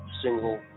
single